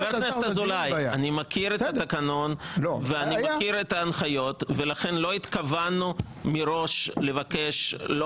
אני מכיר את התקנון ואני מכיר את ההנחיות ולכן לא התכוונו מראש לבקש לא